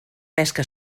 pesca